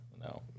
no